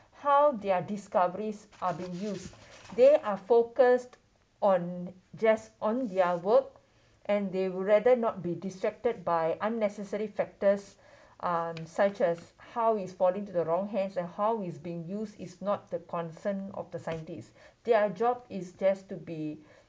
how their discoveries are being used they are focused on just on their work and they would rather not be distracted by unnecessary factors um such as how it's falling into the wrong hands and how it's being used is not the concern of the scientists their job is just to be